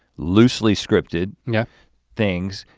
loosely scripted yeah things.